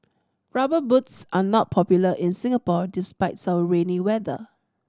Rubber Boots are not popular in Singapore despite's our rainy weather